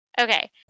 Okay